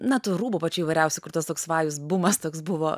na tų rūbų pačių įvairiausių kur tas toks vajus bumas toks buvo